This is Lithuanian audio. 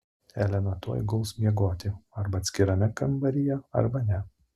elena tuoj guls miegoti arba atskirame kambaryje arba ne